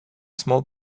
small